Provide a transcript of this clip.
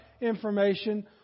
information